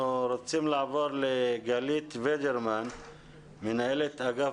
אנחנו רוצים לעבור לגלית ודרמן מנהלת אגף